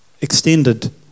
extended